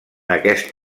aquest